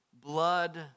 blood